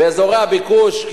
באזורי הביקוש,